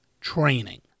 training